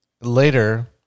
later